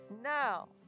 now